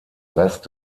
rest